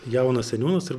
jaunas seniūnas ir